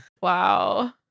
Wow